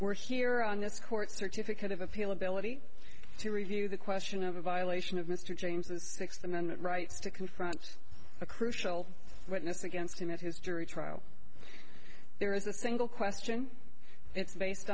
we're here on this court certificate of appeal ability to review the question of a violation of mr james the sixth amendment rights to confront a crucial witness against him at his jury trial there is a single question it's based